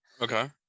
Okay